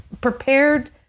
prepared